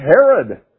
Herod